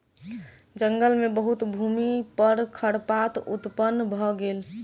जंगल मे बहुत भूमि पर खरपात उत्पन्न भ गेल